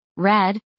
red